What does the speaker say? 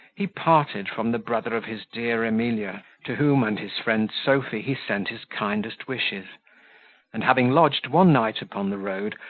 he parted from the brother of his dear emilia, to whom and his friend sophy he sent his kindest wishes and having lodged one night upon the road,